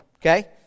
okay